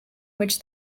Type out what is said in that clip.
which